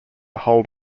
hold